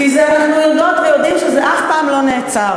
כי אנחנו יודעות ויודעים שזה אף פעם לא נעצר.